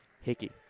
Hickey